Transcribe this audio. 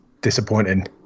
disappointing